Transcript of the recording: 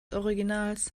originals